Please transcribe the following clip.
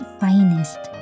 finest